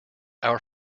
our